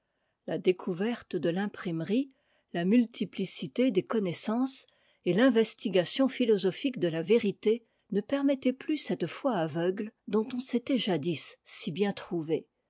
la découverte de l'imprimerie la multiplicité des connaissances et l'investigation philosophique de la vérité ne permettaient plus cette foi aveugle dont on s'était jadis si bien trouvé